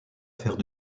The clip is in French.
faire